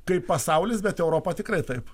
kaip pasaulis bet europa tikrai taip